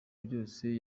byose